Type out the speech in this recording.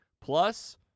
Plus